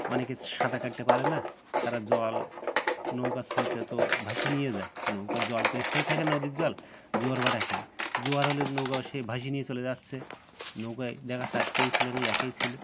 অনেকে সাঁতার কাটতে পারে না তারা জল নৌকা স্রোতে তো ভাসিয়ে নিয়ে যায় নৌকার জল তো স্থায়ী থাকে নদীর জল জোয়ার ভাটা খেলে জুয়ার হলে নৌকাও সে ভাসিয়ে নিয়ে চলে যাচ্ছে নৌকায় দেখা যাচ্ছে আর কেউ ছিল না একাই ছিল